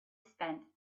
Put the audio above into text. spent